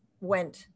went